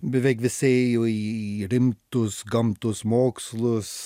beveik visi ėjo į rimtus gamtos mokslus